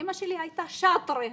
אמא שלי הייתה שאטרה,